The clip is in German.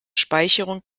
speicherung